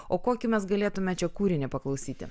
o kokį mes galėtume čia kūrinį paklausyti